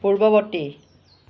পূৰ্ৱবৰ্তী